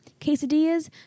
quesadillas